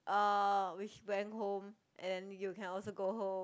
um we went home and you can also go home